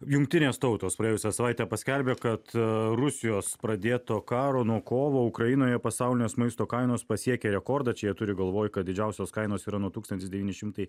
jungtinės tautos praėjusią savaitę paskelbė kad rusijos pradėto karo nuo kovo ukrainoje pasaulinės maisto kainos pasiekė rekordą čia jie turi galvoj kad didžiausios kainos yra nuo tūkstantis devyni šimtai